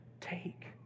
take